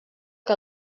que